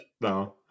No